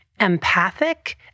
empathic